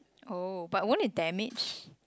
oh but won't it damage